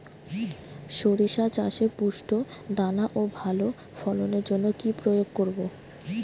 শরিষা চাষে পুষ্ট দানা ও ভালো ফলনের জন্য কি প্রয়োগ করব?